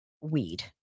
weed